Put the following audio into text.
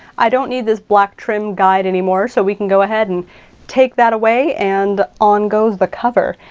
i don't need this black trim guide anymore, so we can go ahead and take that away. and on goes the cover.